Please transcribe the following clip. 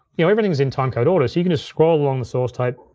you know everything's in timecode order, so you could just scroll along the source tape,